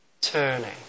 turning